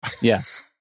Yes